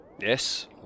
Yes